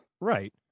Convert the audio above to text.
Right